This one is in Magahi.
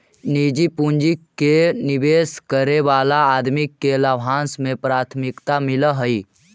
निजी पूंजी के निवेश करे वाला आदमी के लाभांश में प्राथमिकता मिलऽ हई